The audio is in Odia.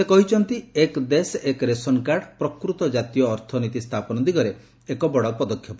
ସେ କହିଛନ୍ତି ଏକ୍ ଦେଶ ଏକ୍ ରେସନ୍ କାର୍ଡ ପ୍ରକୃତ ଜାତୀୟ ଅର୍ଥନୀତି ସ୍ଥାପନ ଦିଗରେ ଏକ ବଡ଼ ପଦକ୍ଷେପ